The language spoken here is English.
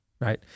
Right